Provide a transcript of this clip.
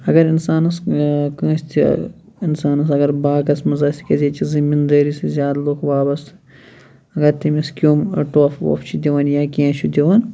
اگر اِنسانس کٲنٛسہِ تہِ اِنسانس اگر باغس منٛز آسہِ کیازِ ییٚتہِ چھِ زٔمین دٲری سۭتۍ زیادٕ لُکھ وابستہٕ اگر تٔمس کیٚوم ٹۄپھ وۄپھ چھُ دِوان یا کیٚنٛہہ چھُ دِوان